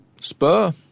spur